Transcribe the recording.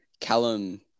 Callum